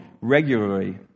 regularly